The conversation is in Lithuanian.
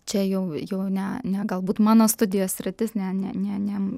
čia jau jau ne ne galbūt mano studijos sritis ne ne ne